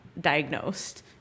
diagnosed